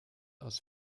aus